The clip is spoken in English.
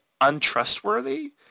untrustworthy